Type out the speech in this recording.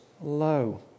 low